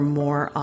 more